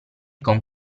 con